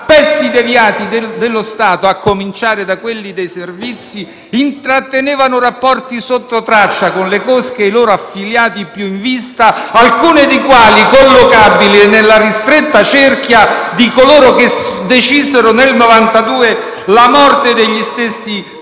pezzi deviati dello Stato, a cominciare da quelli dei Servizi, intrattenevano rapporti sottotraccia con le cosche e i loro affiliati più in vista, alcuni dei quali collocabili nella ristretta cerchia di coloro che nel 1992 decisero la morte degli stessi Falcone